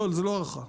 לא זה לא הערכה,